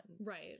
right